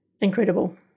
Incredible